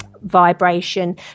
vibration